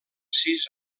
sis